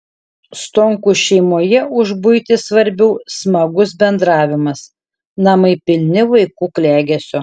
stonkų šeimoje už buitį svarbiau smagus bendravimas namai pilni vaikų klegesio